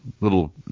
little